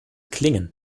klingen